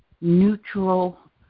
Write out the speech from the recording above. neutral